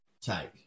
take